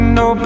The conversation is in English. no